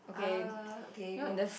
uh okay you go